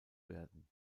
werden